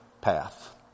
path